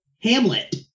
Hamlet